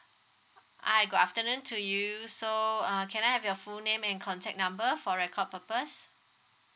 hi good afternoon to you so uh can I have your full name and contact number for record purpose